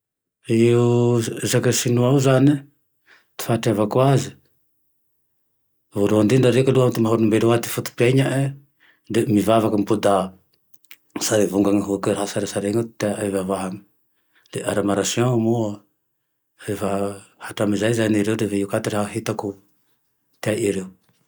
Io resaky sinoa io zane e, ty fahatreavako aze voalohany indrindra aloha reky ny antony maha olombelono ahy ty foto-piainane de mivavaky amy boda, sary vongany hokany sarisary io ty teay ivavahany, de ara marsiô moa efa hatramizay moa ere le fa io ka ty hitako atao ereo